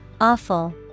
Awful